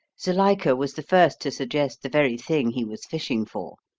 zuilika was the first to suggest the very thing he was fishing for.